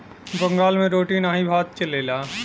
बंगाल मे रोटी नाही भात चलेला